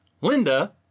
Linda